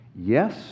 Yes